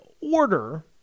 order